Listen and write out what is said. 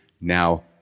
now